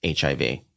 HIV